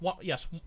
Yes